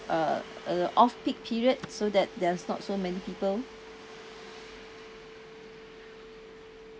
uh uh off peak period so that there's not so many people